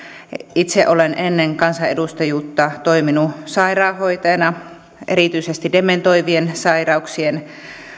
itse olen ennen kansanedustajuutta toiminut sairaanhoitajana erityisesti dementoivien sairauksien